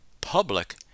public